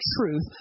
truth